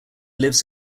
lives